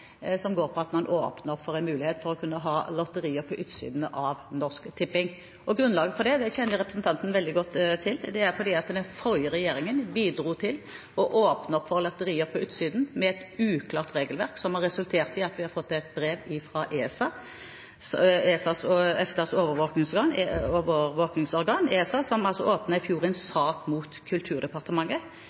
kunne ha lotterier på utsiden av Norsk Tipping. Grunnlaget for det kjenner representanten veldig godt til. Det er fordi den forrige regjeringen bidro til å åpne opp for lotterier på utsiden, med et uklart regelverk, som har resultert i at vi har fått et brev fra EFTAs overvåkingsorgan, ESA, som i fjor åpnet en sak mot Kulturdepartementet etter en klage fra et lotteri som opplevde forskjellsbehandling med den rød-grønne regjeringen. Jeg har fått en